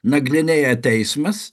nagrinėja teismas